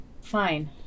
fine